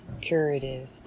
curative